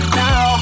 now